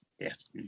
Yes